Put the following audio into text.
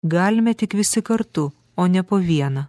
galime tik visi kartu o ne po vieną